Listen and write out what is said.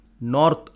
North